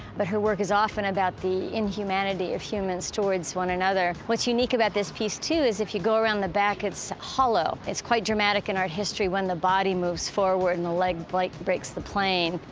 but her work is often about the inhumanity of humans towards one another. what's unique about this piece, too, is if you go around the back, it's hollow. it's quite dramatic in art history when the body moves forward and the like light breaks the plane.